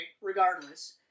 regardless